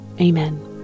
amen